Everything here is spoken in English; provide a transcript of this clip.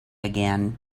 again